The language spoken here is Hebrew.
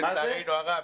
לצערנו הרב,